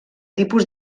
tipus